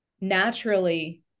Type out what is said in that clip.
naturally